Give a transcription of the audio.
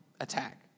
attack